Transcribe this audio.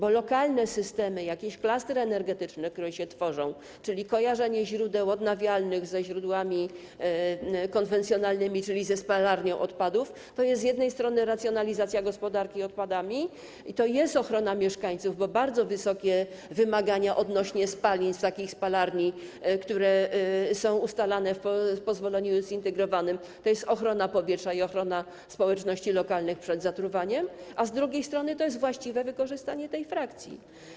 Bo lokalne systemy, jakieś klastry energetyczne, które się tworzą - czyli kojarzenie źródeł odnawialnych ze źródłami konwencjonalnymi, czyli ze spalarnią odpadów - to jest z jednej strony racjonalizacja gospodarki odpadami i to jest ochrona mieszkańców, bo są bardzo wysokie wymagania odnośnie do spalin z takich spalarni, które są ustalane w pozwoleniu zintegrowanym, to jest ochrona powietrza i ochrona społeczności lokalnych przed zatruwaniem, a z drugiej strony to jest właściwe wykorzystanie tej frakcji.